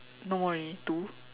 no eh two